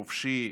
חופשי,